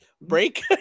break